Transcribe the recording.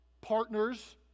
partners